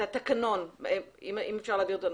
את התקנון, אם אפשר להעביר אותו.